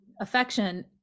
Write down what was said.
affection